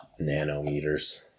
nanometers